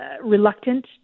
reluctant